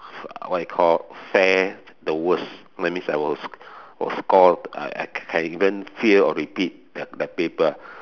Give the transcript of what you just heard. what you call fare the worst that means I will will score uh I can even fail or repeat that paper